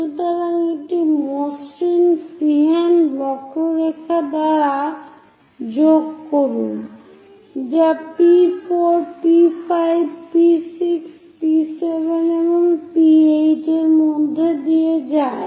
সুতরাং একটি মসৃণ ফ্রিহ্যান্ড বক্ররেখা দ্বারা যোগ করুন যা P4 P5 P6 P7 এবং P8 এর মধ্য দিয়ে যায়